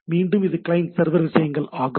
மீண்டும் இது ஒரு கிளையன்ட் சர்வர் விஷயங்கள் ஆகும்